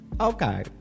okay